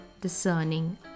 discerning